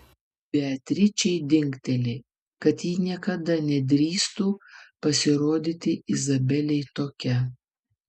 beatričei dingteli kad ji niekada nedrįstų pasirodyti izabelei tokia